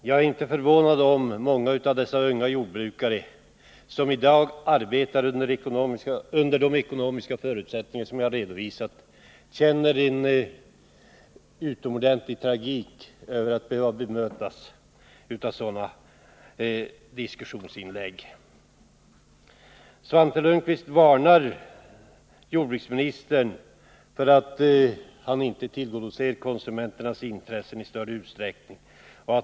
Jag är inte förvånad om många av de unga jordbrukare som i dag arbetar på de ekonomiska villkor som jag nu har redovisat upplever en utomordentligt stark tragik när de möts av sådana diskussionsinlägg. Svante Lundkvist varnar jordbruksministern för att denne inte tillgodoser konsumenternas intressen i större utsträckning.